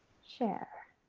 share.